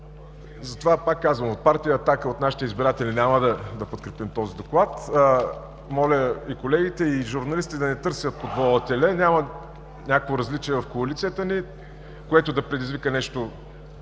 Затова пак казвам: от Партия „Атака“, от нашите избиратели няма да подкрепим този доклад. Моля, колегите и журналистите да не търсят под вола теле, няма някакво различие в коалицията ни, което да предизвика някаква